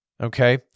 okay